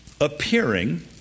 appearing